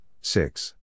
six